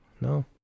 No